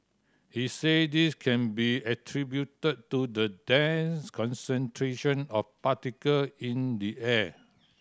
he said this can be attributed to the dense concentration of particle in the air